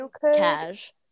cash